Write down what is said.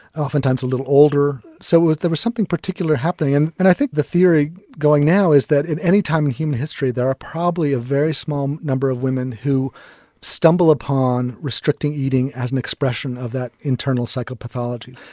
often times a little older so there was something particular happening. and and i think the theory going now is that at any time in human history there are probably a very small number of women who stumble upon restricting eating as an expression of that internal psycho pathology.